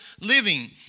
living